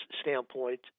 standpoint